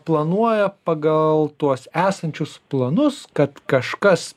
planuoja pagal tuos esančius planus kad kažkas